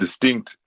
distinct